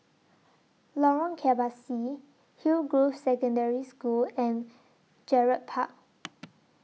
Lorong Kebasi Hillgrove Secondary School and Gerald Park